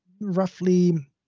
roughly